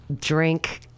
drink